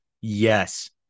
yes